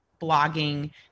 blogging